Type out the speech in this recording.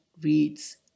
reads